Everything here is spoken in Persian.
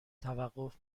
توقف